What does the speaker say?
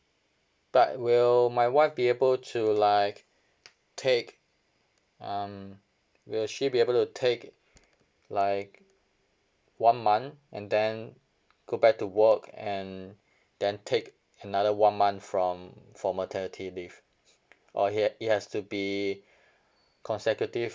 but will my wife be able to like take um will she be able to take like one month and then go back to work and then take another one month from from maternity leave or it ha~ it has to be consecutive